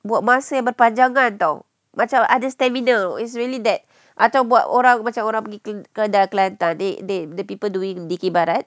buat masa yang berpanjangan [tau] macam ada stamina is really that atau buat orang macam orang pergi kelantan kelantan they they the people doing dikir barat